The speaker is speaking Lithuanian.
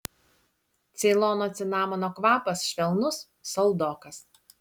ceilono cinamono kvapas švelnus saldokas